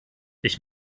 ich